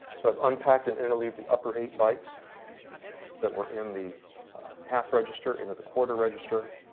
sort of unpacked and interleave the upper eight bytes that were in the half register, into the quarter register.